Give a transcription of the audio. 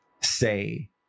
say